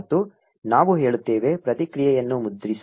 ಮತ್ತು ನಾವು ಹೇಳುತ್ತೇವೆ ಪ್ರತಿಕ್ರಿಯೆಯನ್ನು ಮುದ್ರಿಸು